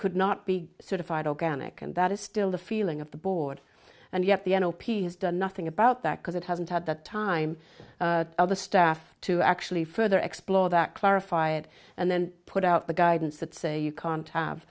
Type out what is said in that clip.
could not be certified organic and that is still the feeling of the board and yet the n o p has done nothing about that because it hasn't had the time of the staff to actually further explore that clarify it and then put out the guidance that say you can't have